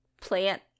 plant